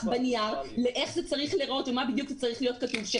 בנייר איך זה צריך להיראות ומה בדיוק צריך להיות כתוב.